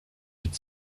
had